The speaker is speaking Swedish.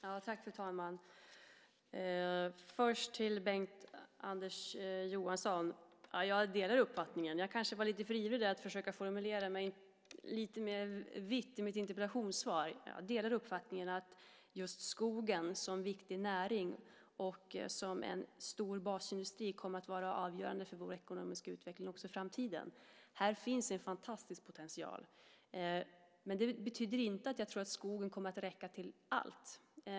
Fru talman! Först vill jag säga till Bengt-Anders Johansson att jag delar hans uppfattning. Jag kanske var lite för ivrig med att försöka formulera mig lite vidare i mitt interpellationssvar. Jag delar uppfattningen om skogen som viktig näring. Som en stor basindustri kommer den att vara avgörande för vår ekonomiska utveckling också i framtiden. Här finns en fantastisk potential. Men det betyder inte att jag tror att skogen kommer att räcka till allt.